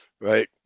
right